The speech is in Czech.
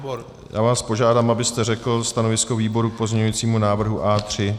Já vás požádám, abyste řekl stanovisko výboru k pozměňovacímu návrhu A3.